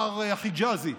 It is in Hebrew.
מר חיג'אזי,